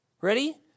Ready